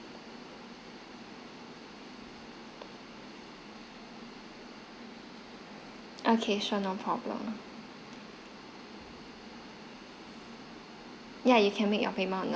okay sure no problem yeah you can make your payments on the